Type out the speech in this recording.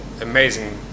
amazing